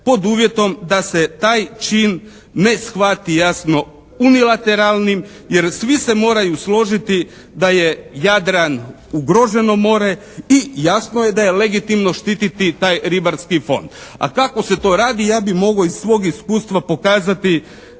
pod uvjetom da se taj čin ne shvati jasno unilateralnim, jer svi se moraju složiti da je Jadran ugroženo more i jasno je da je legitimno štiti taj ribarski fond. A kako se to radi ja bi mogao iz svog iskustva pokazati